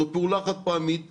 זו פעולה חד פעמית,